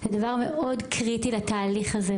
זה דבר מאוד קריטי לתהליך הזה,